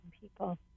people